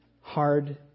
hard